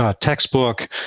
textbook